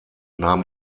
nahm